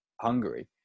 Hungary